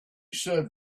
said